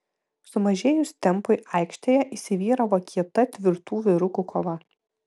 sumažėjus tempui aikštėje įsivyravo kieta tvirtų vyrukų kova